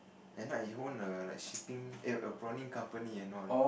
and now he own a like a shipping eh a prawning company and all